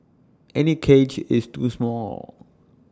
any cage is too small